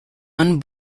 one